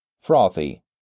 frothy